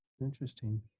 Interesting